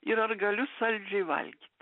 ir ar galiu saldžiai valgyti